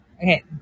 okay